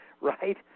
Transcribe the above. right